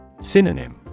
Synonym